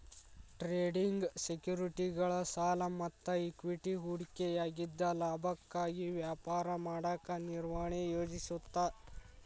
trading ಸೆಕ್ಯುರಿಟಿಗಳ ಸಾಲ ಮತ್ತ ಇಕ್ವಿಟಿ ಹೂಡಿಕೆಯಾಗಿದ್ದ ಲಾಭಕ್ಕಾಗಿ ವ್ಯಾಪಾರ ಮಾಡಕ ನಿರ್ವಹಣೆ ಯೋಜಿಸುತ್ತ